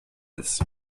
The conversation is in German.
ist